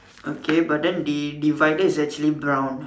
okay but then the divider is actually brown